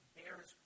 bears